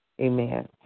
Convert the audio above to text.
Amen